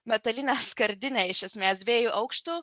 metalinė skardinė iš esmės dviejų aukštų